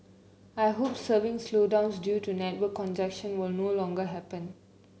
I hope surfing slowdowns due to network congestion will no longer happen